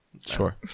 Sure